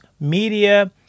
media